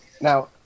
Now